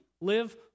Live